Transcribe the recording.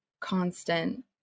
constant